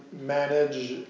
manage